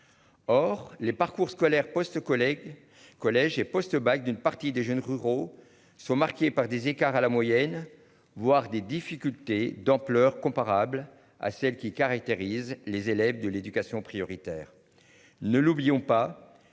Or les parcours scolaires poste collègue collège et post-bac d'une partie des jeunes ruraux sont marqués par des écarts à la moyenne, voire des difficultés d'ampleur comparable à celle qui caractérise les élèves de l'éducation prioritaire.